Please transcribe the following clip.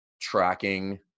tracking